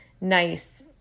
nice